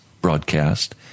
broadcast